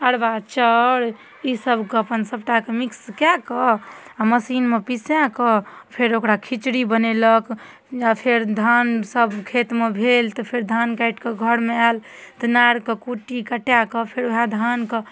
अरबा चाउर ईसबके अपन सबटा के मिक्स कए कऽ आ मशीनमे पिसाए कऽ फेर ओकरा खिचड़ी बनेलक या फेर धान सब खेतमे भेल तऽ फेर धान काटि कऽ घरमे आयल तऽ नारके कुटी कटाके फेर ओएह धानके